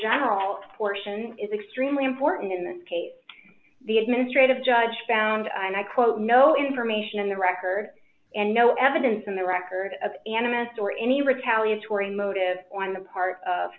general portion is extremely important in this case the administrative judge found and i quote no information in the record and no evidence in the record of animus or any retaliatory motive on the part of